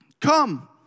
Come